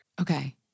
Okay